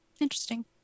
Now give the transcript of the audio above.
interesting